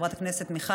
חברת הכנסת מיכל,